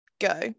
go